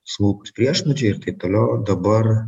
smulkūs priešnuodžiai ir taip toliau dabar